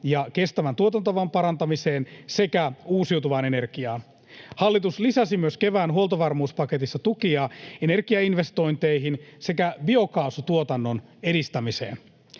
ja kestävän tuotantotavan parantamiseen sekä uusiutuvaan energiaan. Hallitus lisäsi myös kevään huoltovarmuuspaketissa tukia energiainvestointeihin sekä biokaasutuotannon edistämiseen.